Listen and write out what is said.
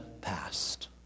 past